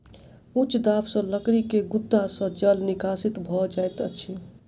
उच्च दाब सॅ लकड़ी के गुद्दा सॅ जल निष्कासित भ जाइत अछि